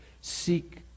seek